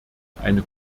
eine